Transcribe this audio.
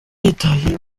yitaye